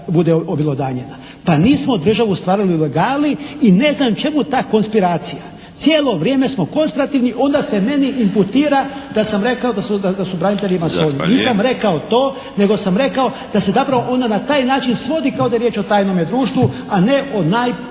objelodanjena. Pa nismo državu stvarali u ilegali i ne znam čemu ta konspiracija. Cijelo vrijeme konspirativni, onda se meni imputira da sam rekao da su branitelji imali …/Govornik se ne razumije./… Nisam rekao to, nego sam rekao da se zapravo onda na taj način svodi kao da je riječ o tajnome društvu, a ne o najsvjetlijoj,